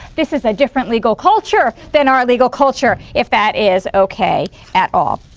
this is a different legal culture than our legal culture if that is okay at all,